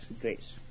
grace